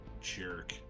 jerk